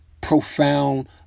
profound